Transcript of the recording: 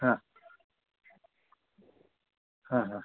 हां हां हां